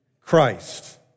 Christ